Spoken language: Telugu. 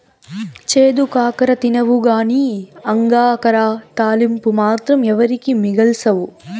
చేదు కాకర తినవుగానీ అంగాకర తాలింపు మాత్రం ఎవరికీ మిగల్సవు